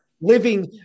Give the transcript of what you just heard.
living